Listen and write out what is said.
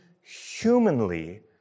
humanly